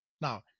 now